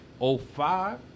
05